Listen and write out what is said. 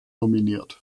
nominiert